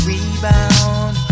Rebound